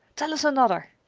tell us another.